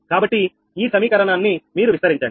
కాబట్టి ఈ సమీకరణాన్ని మీరు విస్తరించండి